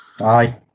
Aye